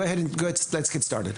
בוא נתחיל.